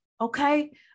okay